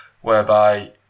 whereby